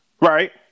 Right